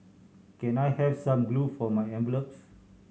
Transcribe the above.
can I have some glue for my envelopes